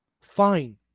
fine